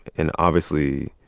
and obviously,